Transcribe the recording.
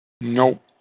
Nope